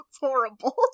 horrible